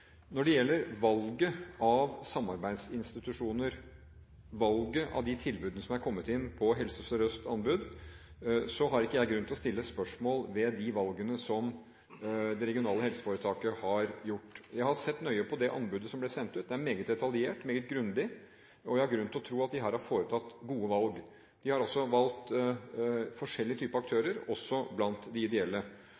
ikke jeg grunn til å stille spørsmål ved de valgene som det regionale helseforetaket har gjort. Jeg har sett nøye på det anbudet som ble sendt ut, det er meget detaljert og meget grundig, og jeg har grunn til å tro at de her har foretatt gode valg. De har også valgt forskjellige typer